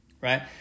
right